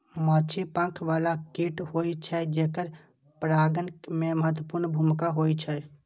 माछी पंख बला कीट होइ छै, जेकर परागण मे महत्वपूर्ण भूमिका होइ छै